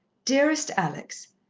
dearest alex,